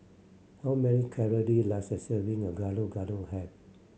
how many calory does a serving of Gado Gado have